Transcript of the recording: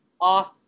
off